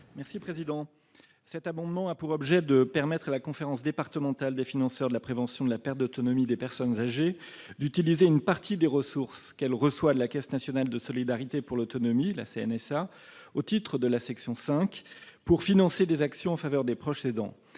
Le présent amendement a pour objet de permettre à la conférence départementale des financeurs de la prévention de la perte d'autonomie des personnes âgées d'utiliser une partie des ressources qu'elle reçoit de la Caisse nationale de solidarité pour l'autonomie, la CNSA, au titre de la section V de son budget, pour financer des actions en faveur des proches aidants.